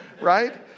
right